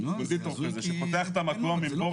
קונדיטור כזה שפותח את המקום עם בור